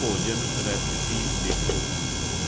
ਭੋਜਨ ਰੈਸਿਪੀ ਦੇਖੋ